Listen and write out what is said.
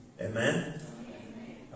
Amen